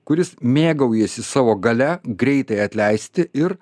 kuris mėgaujasi savo galia greitai atleisti ir